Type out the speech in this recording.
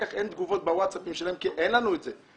אחר כך אין תגובות בוואטספים שלהם כי אין לנו את זה,